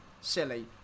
silly